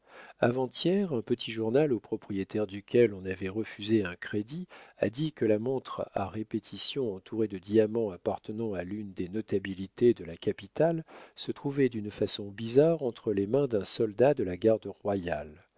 avant-hier un petit journal au propriétaire duquel on avait refusé un crédit a dit que la montre à répétition entourée de diamants appartenant à l'une des notabilités de la capitale se trouvait d'une façon bizarre entre les mains d'un soldat de la garde royale